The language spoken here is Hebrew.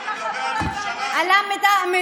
אדוני היושב-ראש, טוב, אל תנאמי.